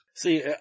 See